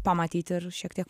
pamatyt ir šiek tiek